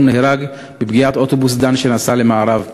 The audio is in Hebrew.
נהרג מפגיעת אוטובוס "דן" שנסע למערב,